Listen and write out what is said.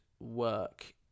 work